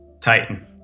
Titan